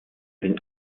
den